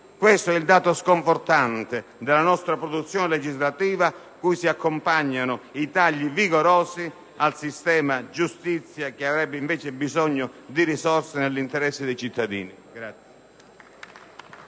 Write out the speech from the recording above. Questo è il dato sconfortante della nostra produzione legislativa cui si accompagnano i tagli, vigorosi, al sistema giustizia, che avrebbe invece bisogno di risorse, nell'interesse dei cittadini.